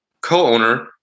co-owner